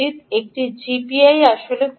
একটি gpi খোলার